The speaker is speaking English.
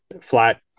flat